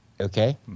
Okay